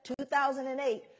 2008